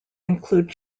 including